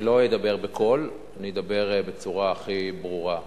אני לא אדבר בקול, אני אדבר בצורה הכי ברורה,